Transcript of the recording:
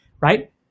Right